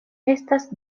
estas